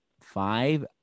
five